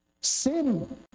Sin